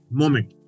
moment